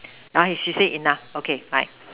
ah she say enough okay bye